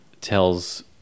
tells